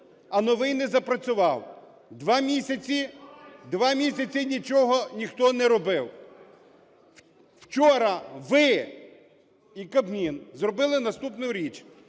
а новий не запрацював. Два місяці нічого ніхто не робив. Вчора ви і Кабмін зробили наступну річ: